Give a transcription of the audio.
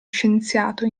scienziato